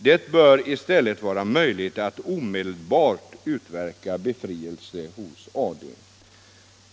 Det bör i stället vara möjligt att omedelbart utverka befrielsen hos AD.